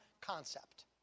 concept